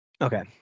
Okay